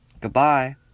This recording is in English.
Goodbye